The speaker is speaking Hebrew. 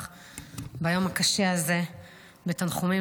ביום הקשה הזה אני רוצה לפתוח בתנחומים